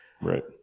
Right